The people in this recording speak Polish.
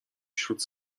wśród